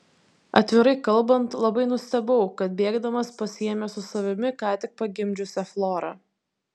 atvirai kalbant labai nustebau kad bėgdamas pasiėmė su savimi ką tik pagimdžiusią florą